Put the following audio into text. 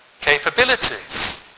capabilities